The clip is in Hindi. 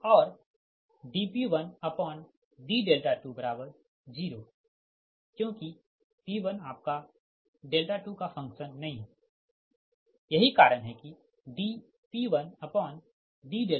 और dP1d200 क्योंकि P1आपका 2 का फंक्शन नही है यही कारण है dP1d200